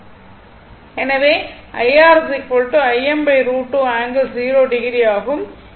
எனவே IR Im√2∠0o ஆகும்